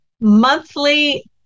monthly